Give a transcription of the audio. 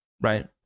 Right